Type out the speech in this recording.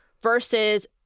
versus